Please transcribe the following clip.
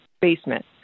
basement